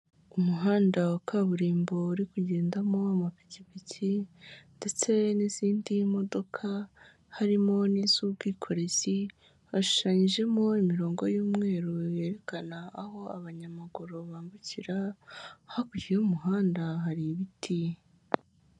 Umuhanda wa kaburimbo uri kugendamo amapikipiki ndetse n'izindi modoka harimo n'iz'ubwikorezi hashunyijemo imirongo y'umweru yerekana aho abanyamaguru bambukira hakurya y'umuhanda hari ibiti.